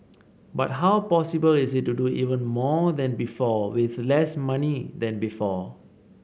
but how possible is it to do even more than before with less money than before